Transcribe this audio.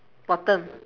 bottom